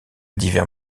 divers